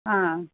ஆ